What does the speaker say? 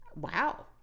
Wow